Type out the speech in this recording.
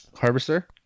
Harvester